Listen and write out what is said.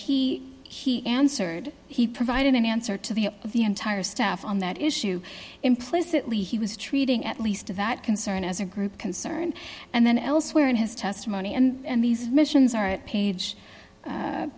he he answered he provided an answer to the the entire staff on that issue implicitly he was treating at least of that concern as a group concern and then elsewhere in his testimony and these missions are at page